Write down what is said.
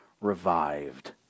revived